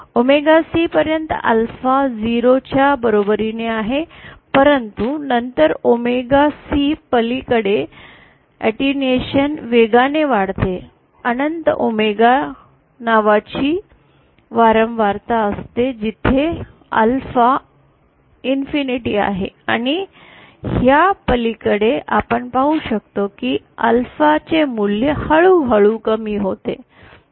omega C पर्यंत alpha 0 च्या बरोबरीने आहे परंतु नंतर ओमेगा C पलीकडे अटेन्यूएशन वेगाने वाढते अनंत ओमेगा नावाची वारंवारता असते जिथे अल्फा अनंत आहे आणि हया पलीकडे आपण पाहू शकता की अल्फा चे मूल्य हळूहळू कमी होते